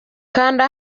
kanda